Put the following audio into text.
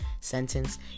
sentence